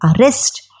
arrest